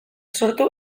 sortu